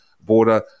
border